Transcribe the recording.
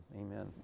amen